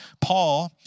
Paul